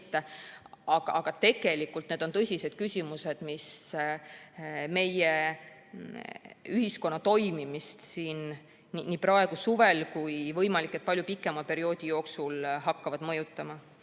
aga tegelikult need on tõsised küsimused, mis meie ühiskonna toimimist nii praegu suvel kui ka võimalik, et palju pikema perioodi jooksul hakkavad mõjutama.